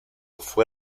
fue